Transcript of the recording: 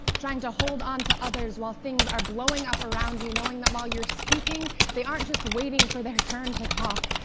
trying to hold onto others while things are blowing up around you knowing that while you're speaking, they aren't just waiting for their turn to talk.